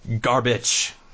garbage